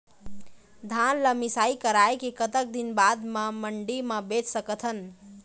धान ला मिसाई कराए के कतक दिन बाद मा मंडी मा बेच सकथन?